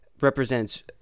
represents